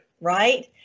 right